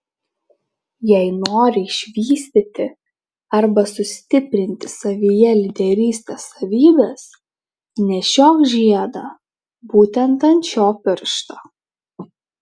jei nori išvystyti arba sustiprinti savyje lyderystės savybes nešiok žiedą būtent ant šio piršto